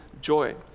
Joy